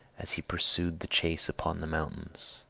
as he pursued the chase upon the mountains.